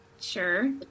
Sure